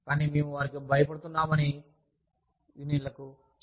కానీ మేము వారికి భయపడుతున్నామని యూనియన్లకు చెప్పము